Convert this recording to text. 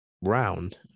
round